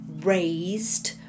raised